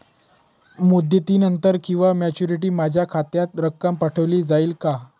मुदतीनंतर किंवा मॅच्युरिटी माझ्या खात्यात रक्कम पाठवली जाईल का?